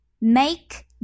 make